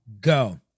Go